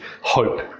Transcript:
hope